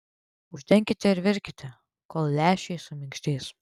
uždenkite ir virkite kol lęšiai suminkštės